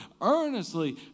earnestly